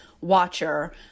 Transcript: watcher